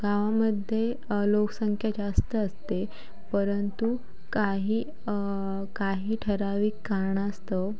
गावामध्ये लोकसंख्या जास्त असते परंतु काही काही ठराविक कारणास्तव